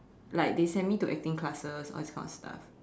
like they send me to acting classes all this kind of stuff